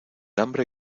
hambre